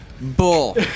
Bull